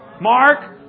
Mark